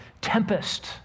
tempest